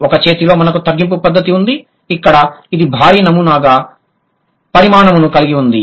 ఒక చేతిలో మనకు తగ్గింపు పద్ధతి ఉంది ఇక్కడ ఇది భారీ నమూనా పరిమాణంను కలిగి ఉంది